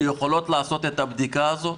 שיכולות לעשות את הבדיקה הזו?